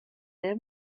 him